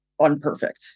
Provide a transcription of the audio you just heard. unperfect